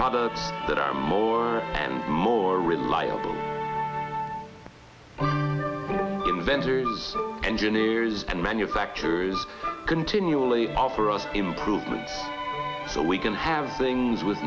products that are more and more reliable inventors engineers and manufacturers continually offer us improvements so we can have things with